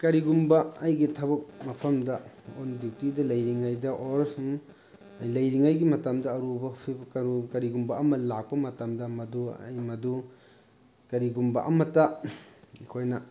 ꯀꯔꯤꯒꯨꯝꯕ ꯑꯩꯒꯤ ꯊꯕꯛ ꯃꯐꯝꯗ ꯑꯣꯟ ꯗ꯭ꯌꯨꯇꯤꯗ ꯂꯩꯔꯤꯉꯩꯗ ꯑꯣꯔ ꯂꯩꯔꯤꯉꯩꯒꯤ ꯃꯇꯝꯗ ꯑꯔꯨꯕ ꯀꯩꯅꯣ ꯀꯔꯤꯒꯨꯝꯕ ꯑꯃ ꯂꯥꯛꯄ ꯃꯇꯝꯗ ꯃꯗꯨ ꯑꯩ ꯃꯗꯨ ꯀꯔꯤꯒꯨꯝꯕ ꯑꯃꯇ ꯑꯩꯈꯣꯏꯅ